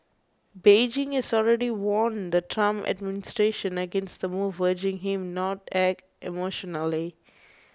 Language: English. Beijing has already warned the Trump administration against the move urging him not act emotionally